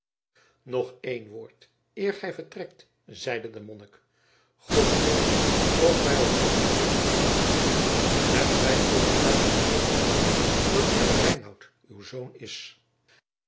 nog een woord eer gij vertrekt zeide de monnik god weet of wij elkander levend terugzien hebt gij overtuigende bewijzen dat ridder reinout uw zoon is